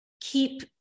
keep